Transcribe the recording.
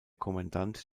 kommandant